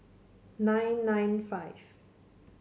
nine nine five